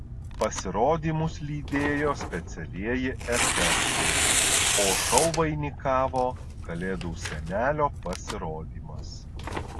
pasirodymus lydėjo specialieji efektai o šou vainikavo kalėdų senelio pasirodymas